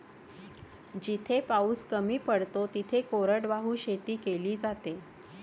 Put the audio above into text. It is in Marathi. जिथे पाऊस कमी पडतो तिथे कोरडवाहू शेती केली जाते